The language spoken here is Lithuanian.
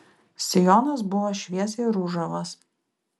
sijonas buvo šviesiai ružavas